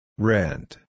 Rent